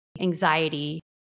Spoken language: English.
anxiety